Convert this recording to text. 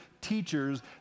teachers